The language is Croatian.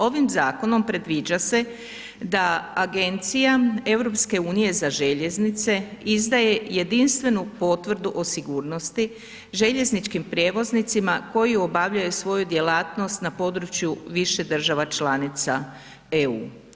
Ovim zakonom predviđa se da Agencija EU za željeznice izdaje jedinstvenu potvrdu o sigurnosti željezničkim prijevoznicima koji obavljaju svoju djelatnost na području više država članica EU.